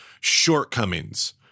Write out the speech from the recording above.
shortcomings